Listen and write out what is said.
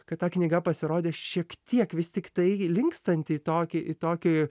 kad ta knyga pasirodė šiek tiek vis tiktai linkstanti į tokį į tokį